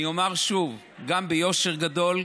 אני אומר שוב, גם ביושר גדול,